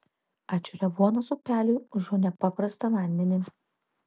ačiū revuonos upeliui už jo nepaprastą vandenį